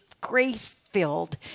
grace-filled